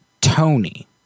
Tony